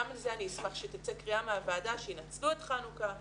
גם על זה אני אשמח שתצא קריאה מהוועדה שינצלו את חנוכה ללמידה.